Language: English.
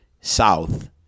South